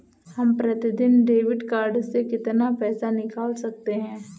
हम प्रतिदिन debit card से कितना पैसा निकाल सकते हैं?